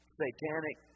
satanic